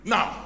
Now